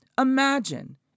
imagine